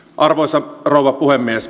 arvoisa rouva puhemies